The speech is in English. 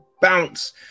bounce